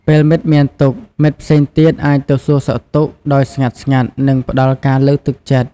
ពេលមិត្តមានទុក្ខ មិត្តផ្សេងទៀតអាចទៅសួរសុខទុក្ខដោយស្ងាត់ៗ និងផ្ដល់ការលើកទឹកចិត្ត។